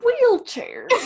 wheelchair